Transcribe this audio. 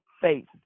faith